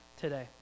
today